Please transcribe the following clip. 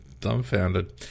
dumbfounded